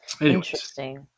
Interesting